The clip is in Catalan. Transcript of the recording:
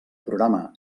programa